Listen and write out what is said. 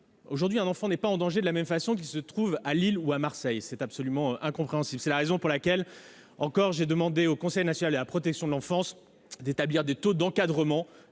savoir qu'un enfant n'est pas en danger de la même façon selon qu'il se trouve à Lille ou à Marseille. C'est absolument incompréhensible. J'ai également demandé au Conseil national de la protection de l'enfance d'établir des taux d'encadrement